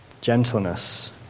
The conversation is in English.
gentleness